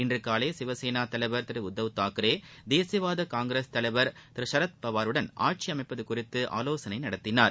இன்றுகாலை சிவசேனா தலைவர் திரு உத்தவ் தாக்ரே தேசியவாத காங்கிரஸ் தலைவர் திரு சரத் பவாருடன் ஆட்சி அமைப்பது குறித்து ஆலோசனை நடத்தினார்